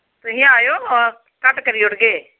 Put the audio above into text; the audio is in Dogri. तुस आएओ घट्ट करी ओड़गे